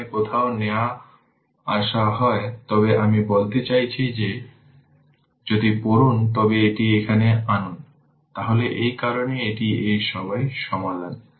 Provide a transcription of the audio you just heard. এখন প্রাথমিকভাবে দেওয়া হয়েছে যে I0 1 অ্যাম্পিয়ার তাই এটি e এর পাওয়ার 2 t3 কারণ I0 ইনিশিয়াল ভ্যালু 1 অ্যাম্পিয়ার দেওয়া হয়েছে তাই এখানে I0 1 রাখুন